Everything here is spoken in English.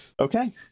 Okay